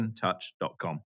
touch.com